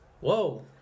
Whoa